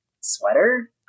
sweater